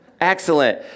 Excellent